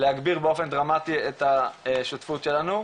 להגביר באופן דרמטי את השותפות שלנו.